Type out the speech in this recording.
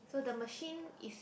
so the machine is